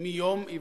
מיום היווסדו".